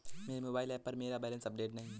मेरे mobile app पर मेरा बैलेंस अपडेट नहीं है